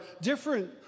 different